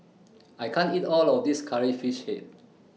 I can't eat All of This Curry Fish Head